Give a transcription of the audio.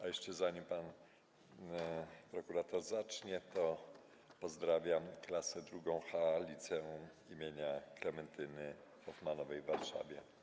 A jeszcze zanim pan prokurator zacznie, pozdrowię klasę IIh z liceum im. Klementyny Hoffmanowej w Warszawie.